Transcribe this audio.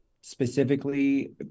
specifically